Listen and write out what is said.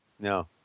No